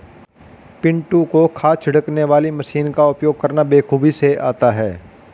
पिंटू को खाद छिड़कने वाली मशीन का उपयोग करना बेखूबी से आता है